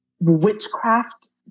witchcraft